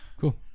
Cool